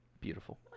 beautiful